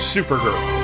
Supergirl